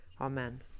Amen